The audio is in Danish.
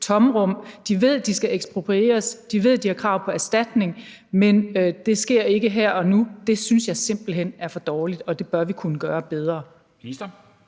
tomrum. De ved, de skal eksproprieres, de ved, de har krav på erstatning, men det sker ikke her og nu. Det synes jeg simpelt hen er for dårligt, og det bør vi kunne gøre bedre.